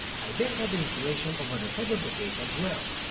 i then add the insulation over the sides of the case as well.